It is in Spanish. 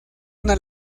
una